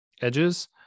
edges